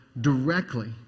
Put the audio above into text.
directly